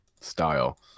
style